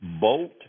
Bolt